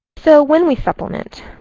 so when we supplement,